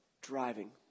driving